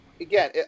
Again